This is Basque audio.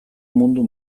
mundu